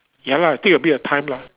ya lah take a bit of time lah